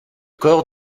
corps